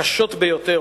הקשות ביותר,